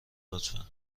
لطفا